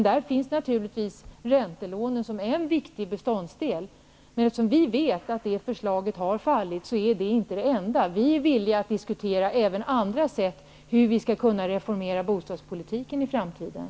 Där finns naturligtvis räntelånen som en viktig del. Men eftersom vi vet att det förslaget har fallit, är det inte det enda förslaget. Vi är villiga att även diskutera andra sätt att reformera bostadspolitiken i framtiden.